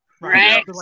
Right